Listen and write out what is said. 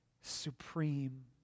supreme